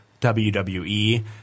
WWE